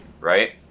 right